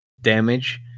damage